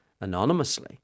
anonymously